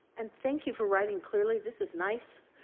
and thank you for writing clearly, this is nice.